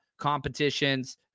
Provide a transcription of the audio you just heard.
competitions